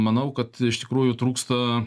manau kad iš tikrųjų trūksta